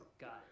Got